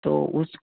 तो उस